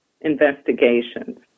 investigations